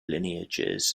lineages